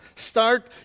Start